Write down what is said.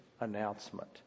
announcement